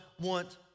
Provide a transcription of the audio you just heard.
want